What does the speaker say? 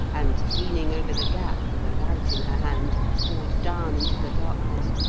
and, leaning over the gap with a light in her hand, called down into the darkness,